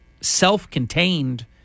Self-contained